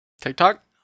TikTok